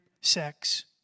sex